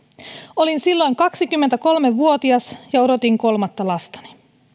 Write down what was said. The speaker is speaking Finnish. olin silloin kaksikymmentäkolme vuotias ja odotin kolmatta lastani